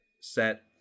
set